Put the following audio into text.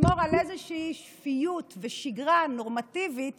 לשמור על איזושהי שפיות ושגרה נורמטיבית